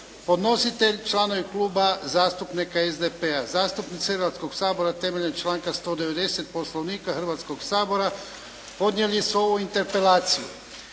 Podnositelji: članovi Kluba zastupnika SDP-a. Zastupnici Hrvatskoga Sabora temeljem članka 190. Poslovnika Hrvatskoga sabora podnijeli su ovu interpelaciju.